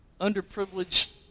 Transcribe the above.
underprivileged